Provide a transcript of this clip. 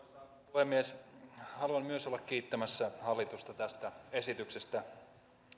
puhemies haluan myös olla kiittämässä hallitusta tästä esityksestä